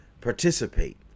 participate